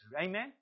Amen